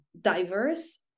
diverse